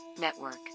network